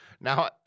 Now